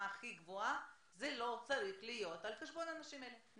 הכי גבוהה זה לא צריך להיות על חשבון האנשים האלה.